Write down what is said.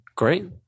Great